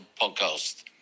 podcast